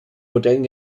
modellen